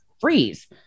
freeze